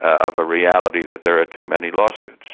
of a reality that there are too many lawsuits.